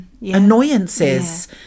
annoyances